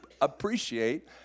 appreciate